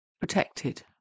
protected